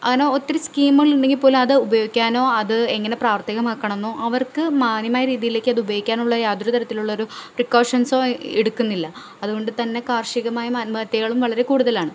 അങ്ങനെ ഒത്തിരി സ്കീമുകൾ ഉണ്ടെങ്കിൽ പോലും അത് ഉപയോഗിക്കാനോ അത് എങ്ങനെ പ്രാവർത്തികമാക്കണമെന്നോ അവർക്ക് മാന്യമായ രീതിയിലേക്ക് അത് ഉപയോഗിക്കാനുള്ള യാതൊരു തരത്തിലുള്ള ഒരു പ്രികോഷൻസൊ എടുക്കുന്നില്ല അതുകൊണ്ട് തന്നെ കാർഷികമായി ആത്മഹത്യകളും വളരേ കൂടുതലാണ്